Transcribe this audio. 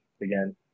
again